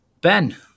ben